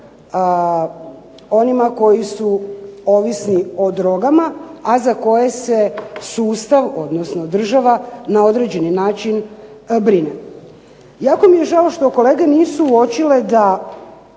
onima koji su ovisni o drogama, a za koje se sustav odnosno država na određeni način brine. Jako mi je žao što kolege nisu uočile da